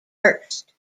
first